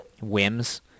whims